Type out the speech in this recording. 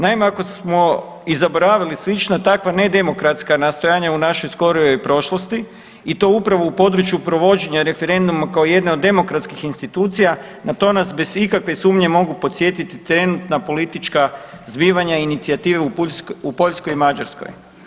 Naime, ako smo i zaboravili slična takva ne demokratska nastojanja u našoj skorijoj prošlosti i to upravo u području provođenja referenduma kao jedne od demokratskih institucija na to nas bez ikakve sumnje mogu podsjetiti trenutna politička zbivanja i inicijative u Poljskoj i Mađarskoj.